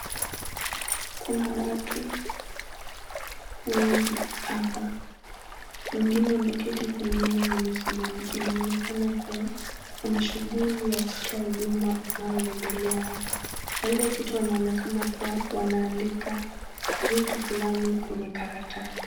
Kuna watu wengi hapa, wengine wameketi, wengine wamesimama inaonekana kuwa kuna shughuli ya kutoa huduma unaoendelea hapa, walioketi wanaonekana wakiandika vitu fulani kwenye karatasi.